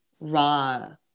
raw